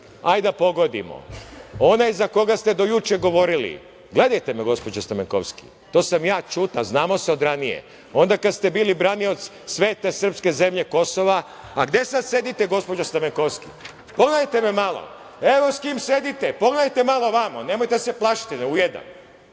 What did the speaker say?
Hajde da pogodimo. Onaj za koga ste do juče govorili, gledajte me, gospođo Stamenkovski, to sam ja Ćuta, znamo se od ranije, onda kada ste bili branilac svete srpske zemlje Kosova, a gde sad sedite gospođo Stamenkovski? Pogledajte me malo. Evo sa kim sedite, pogledajte malo ovamo, nemojte da se plašite, ne ujedam.